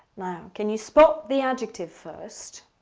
now, can you spot the adjective, first?